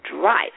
drive